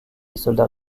soldats